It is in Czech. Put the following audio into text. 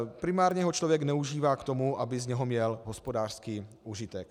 Primárně ho člověk neužívá k tomu, aby z něho měl hospodářský užitek.